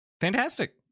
fantastic